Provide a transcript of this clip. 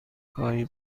هایی